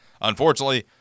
Unfortunately